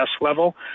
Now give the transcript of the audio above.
level